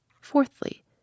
Fourthly